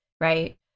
right